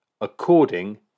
according